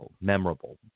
memorable